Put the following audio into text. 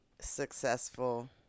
successful